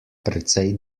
precej